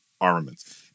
armaments